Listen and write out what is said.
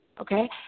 okay